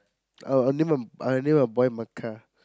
I'll I'll name a I'll name a boy Mekah